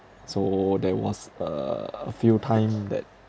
so there was a few time that